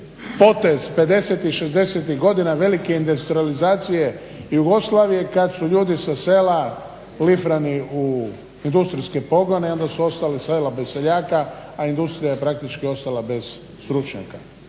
potez 50., 60. godina velike industrijalizacije Jugoslavije kad su ljudi sa sela lifrani u industrijske pogone i onda su ostala sela bez seljaka, a industrija je praktički ostala bez stručnjaka.